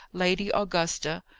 lady augusta,